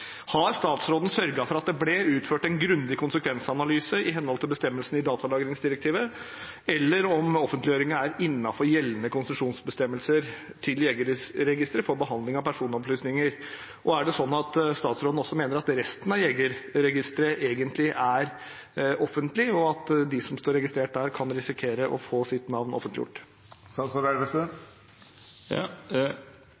Har statsråden sørget for at det ble utført en grundig konsekvensanalyse i henhold til bestemmelsene i datalagringsdirektivet, eller om offentliggjøring er innenfor gjeldende konsesjonsbestemmelser til Jegerregisteret for behandling av personopplysninger? Er det sånn at statsråden også mener at resten av Jegerregisteret egentlig er offentlig, og at de som står registrert der, kan risikere å få sitt navn offentliggjort?